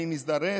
אני מזדרז,